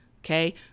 okay